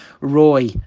Roy